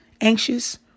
anxious